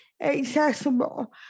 accessible